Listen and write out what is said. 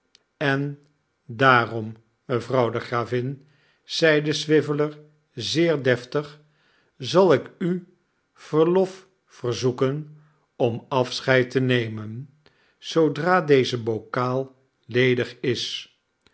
en daarom mevrouw de gravin zeide swiveller zeer deftig zal ik u verlof verzoeken om afscheid te nemen zoodra deze bokaal ledig is